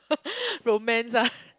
romance ah